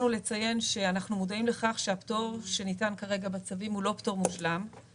אנחנו מודעים לכך שהפטור שניתן כרגע בצווים הוא לא פטור מושלם,